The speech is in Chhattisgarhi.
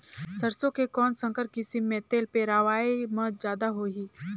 सरसो के कौन संकर किसम मे तेल पेरावाय म जादा होही?